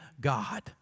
God